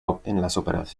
operaciones